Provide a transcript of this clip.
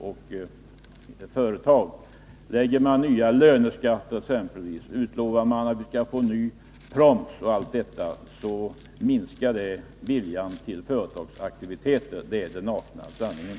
Lägger man exempelvis på nya löneskatter, utlovar man att vi skall få en proms och annat sådant, då minskar det viljan till företagsaktiviteter. Det är den nakna sanningen.